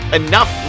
enough